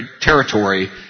territory